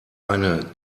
eine